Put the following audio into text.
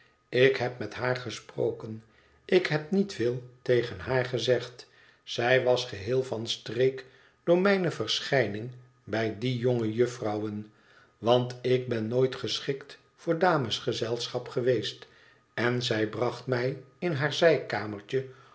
ik heb met haar gesproken ik heb niet veel tegen haar gezegd zij was geheel van streek door mijüe verschijning bij die jonge juffrouwen want ik ben nooit geschikt voor damesgezelschap geweest en zij bracht mij in haar zijkamertje